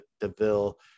Deville